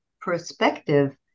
perspective